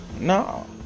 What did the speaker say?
No